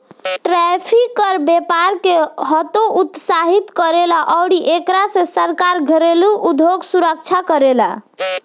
tariff कर व्यपार के हतोत्साहित करेला अउरी एकरा से सरकार घरेलु उधोग सुरक्षा करेला